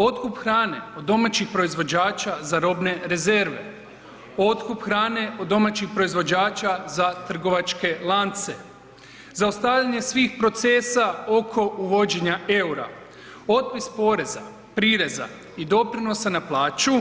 Otkup hrane od domaćih proizvođača za robne rezerve, otkup hrane od domaćih proizvođača za trgovačke lance, zaustavljanje svih procesa oko uvođenja eura, otpis poreza, prireza i doprinosa na plaću